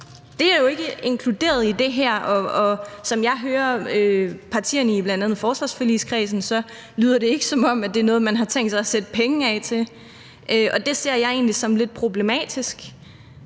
Det er jo ikke inkluderet i det her forslag, og som jeg hører partierne i bl.a. forsvarsforligskredsen, lyder det ikke, som om det er noget, man har tænkt sig at sætte penge af til. Og det ser jeg egentlig som lidt problematisk.